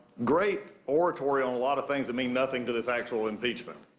great oratory on a lot of things that mean nothing to this actual impeachment.